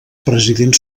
president